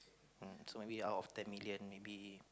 um so maybe out of ten million maybe